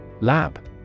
Lab